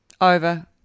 over